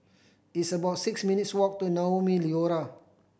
it's about six minutes' walk to Naumi Liora